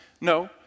No